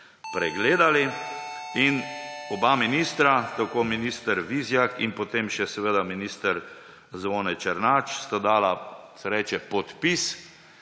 pregledali in oba ministra, tako minister Vizjak in potem še minister Zvone Černač, sta dala, se reče, podpis.